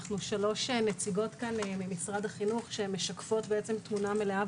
אנחנו שלוש נציגות כאן ממשרד החינוך שמשקפות תמונה מלאה,